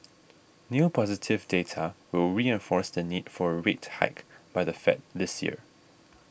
new positive data will reinforce the need for a rate hike by the Fed this year